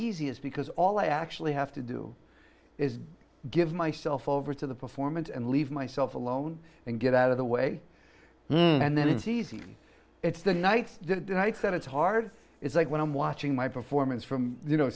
easiest because all i actually have to do is give myself over to the performance and leave myself alone and get out of the way and then it's easy it's the nights that it's hard it's like when i'm watching my performance from you know